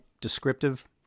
descriptive